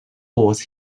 wars